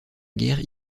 guerre